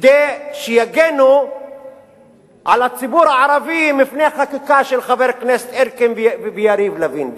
כדי שיגנו על הציבור הערבי מפני חקיקה של חברי הכנסת אלקין ויריב לוין,